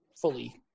fully